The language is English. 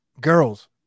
girls